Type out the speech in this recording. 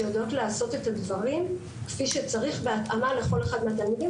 שיודעות לעשות את הדברים כפי שצריך בהתאמה לכל אחד מהתלמידים.